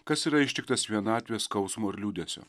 kas yra ištiktas vienatvės skausmo ir liūdesio